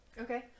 Okay